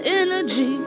energy